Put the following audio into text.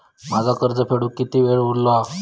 माझा कर्ज फेडुक किती वेळ उरलो हा?